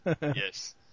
Yes